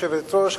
גברתי היושבת-ראש,